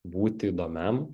būti įdomiam